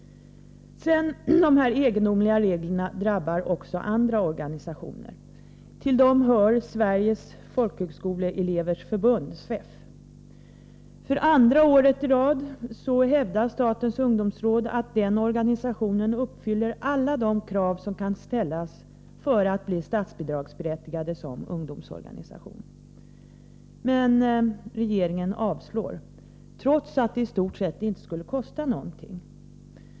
Dessa egendomliga regler drabbar också andra organisationer. Till dem hör Sveriges Folkhögskoleelevers förbund, SFEF. För andra året i rad hävdar statens ungdomsråd att den organisationen uppfyller alla de krav som kan ställas för att bli statsbidragsberättigad som ungdomsorganisation. Men regeringen avslår — trots att ett bifall i stort sett inte skulle kosta någonting.